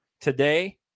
today